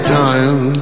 time